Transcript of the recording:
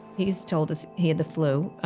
he's told us he had the flu.